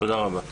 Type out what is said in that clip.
תודה רבה.